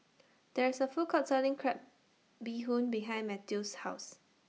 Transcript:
There IS A Food Court Selling Crab Bee Hoon behind Mathew's House